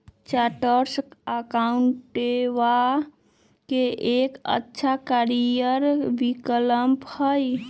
chartered अकाउंटेंटवा के एक अच्छा करियर विकल्प हई